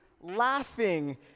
laughing